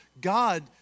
God